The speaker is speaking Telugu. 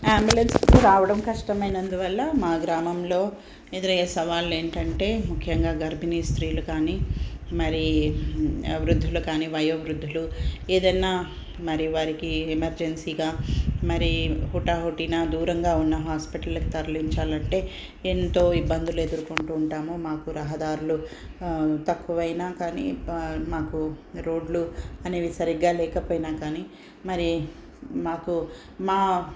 ఆంబులెన్స్ రావడం కష్టమైనందు వల్ల మా గ్రామంలో ఎదురయ్యే సవాళ్ళు ఏంటంటే ముఖ్యంగా గర్భిణీ స్త్రీలు కానీ మరి వృద్ధులు కానీ వయోవృద్ధులు ఏదైనా మరి వారికి ఎమర్జెన్సీగా మరి హుటహుటిన దూరంగా ఉన్న హాస్పిటళ్ళకి తరలించాలంటే ఎంతో ఇబ్బందులు ఎదుర్కొంటూ ఉంటాము మాకు రహదారులు తక్కువైనా కానీ మాకు రోడ్లు అనేవి సరిగ్గా లేకపోయినా కానీ మరి మాకు మా